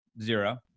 Zero